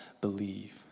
believe